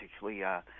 particularly